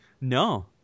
No